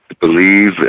believe